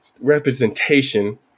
representation